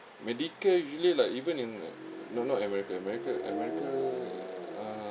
medicare usually like even in not not america america america uh